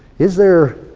is there,